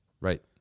right